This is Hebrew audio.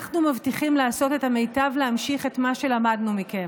אנחנו מבטיחים לעשות את המיטב להמשיך את מה שלמדנו מכם: